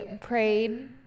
prayed